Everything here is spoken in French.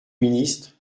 ministre